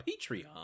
patreon